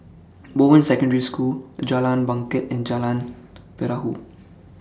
Bowen Secondary School Jalan Bangket and Jalan Perahu